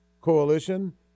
Coalition